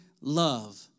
love